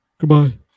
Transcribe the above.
goodbye